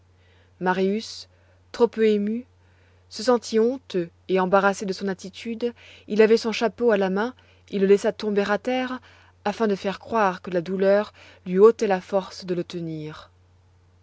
marius trop peu ému se sentit honteux et embarrassé de son attitude il avait son chapeau à la main il le laissa tomber à terre afin de faire croire que la douleur lui ôtait la force de le tenir